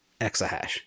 exahash